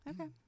Okay